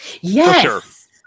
Yes